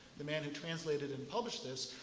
the man who translated and published this,